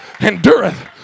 endureth